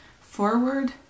forward